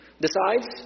decides